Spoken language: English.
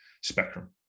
spectrum